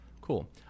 Cool